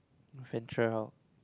venture out